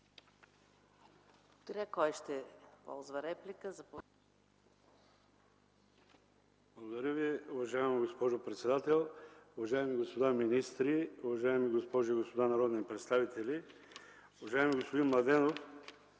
Благодаря Ви, уважаема госпожо председател. Уважаеми господа министри, уважаеми дами и господа народни представители! Уважаеми господин Младенов,